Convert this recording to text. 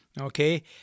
okay